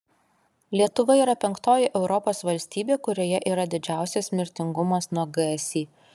lietuva yra penktoji europos valstybė kurioje yra didžiausias mirtingumas nuo gsi